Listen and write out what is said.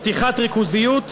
פתיחת ריכוזיות,